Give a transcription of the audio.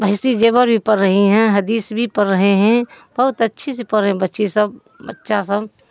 بہشتی زیور بھی پڑھ رہی ہیں حدیث بھی پڑھ رہے ہیں بہت اچھی سے پڑھ رہے ہیں بچی سب بچہ سب